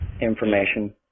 information